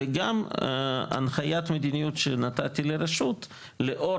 גם הנחיית מדיניות שנתתי לרשות לאור